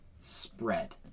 spread